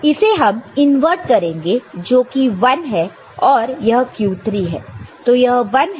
इसे हम इनवर्ट करेंगे जो कि 1 है और यह q3 है